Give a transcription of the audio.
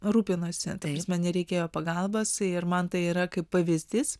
rūpinasi ta prasme nereikėjo pagalbos ir man tai yra kaip pavyzdys